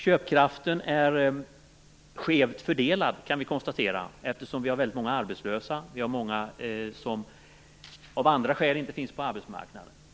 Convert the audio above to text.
Köpkraften är skevt fördelad, kan vi konstatera, eftersom vi har väldigt många arbetslösa och många som av andra skäl inte finns med på arbetsmarknaden.